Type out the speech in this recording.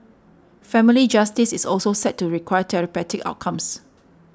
family justice is also said to require therapeutic outcomes